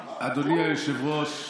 אדוני היושב-ראש,